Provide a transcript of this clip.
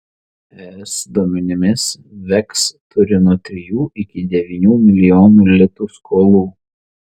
es duomenimis veks turi nuo trijų iki devynių milijonų litų skolų